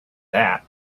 that